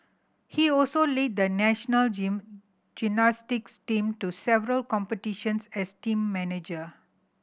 he also led the national gymnastics team to several competitions as team manager